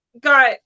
got